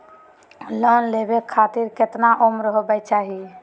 Loan लेवे खातिर केतना उम्र होवे चाही?